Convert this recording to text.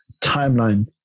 timeline